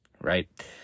right